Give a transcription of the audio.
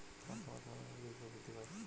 কোন খাবার খাওয়ালে মুরগি দ্রুত বৃদ্ধি পায়?